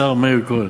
השר מאיר כהן: